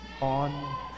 On